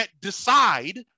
decide